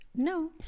No